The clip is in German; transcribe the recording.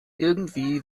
irgendwie